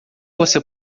você